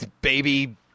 baby